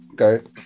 Okay